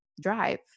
drive